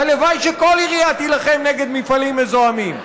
הלוואי שכל עירייה תילחם נגד מפעלים מזהמים.